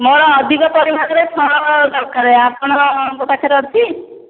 ମୋର ଅଧିକ ପରିମାଣରେ ଫଳ ଦରକାର ଆପଣଙ୍କ ପାଖରେ ଅଛି